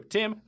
Tim